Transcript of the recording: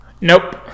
Nope